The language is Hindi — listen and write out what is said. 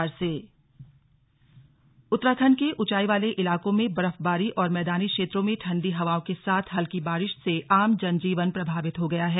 स्लग मौसम उत्तराखंड के ऊंचाई वाले इलाकों में बर्फबारी और मैदानी क्षेत्रों में ठंडी हवाओं के साथ हल्की बारिश से आम जन जीवन प्रभावित हो गया है